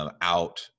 Out